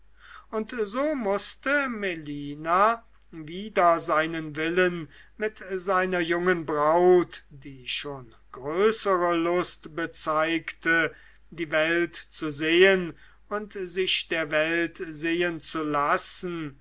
und so mußte melina wider seinen willen mit seiner jungen braut die schon größere lust bezeigte die welt zu sehen und sich der welt sehen zu lassen